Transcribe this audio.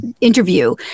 interview